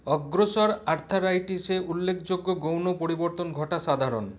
অগ্রসর আরথারাইটিসে উল্লেখযোগ্য গৌণ পরিবর্তন ঘটা সাধারণ